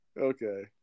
Okay